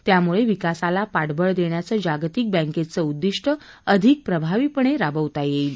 त्यामुळे विकासाला पाठबळ देण्याचं जागतिक बँकेचं उद्दिष्ट अधिक प्रभावीपणे राबवता येईल